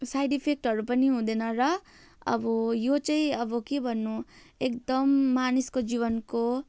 side इफेक्टहरू पनि हुँदैन र अब यो चाहिँ अब के भन्नु एकदम मानिसको जीवनको